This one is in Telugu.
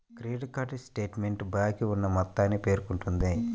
క్రెడిట్ కార్డ్ స్టేట్మెంట్ బాకీ ఉన్న మొత్తాన్ని పేర్కొంటుంది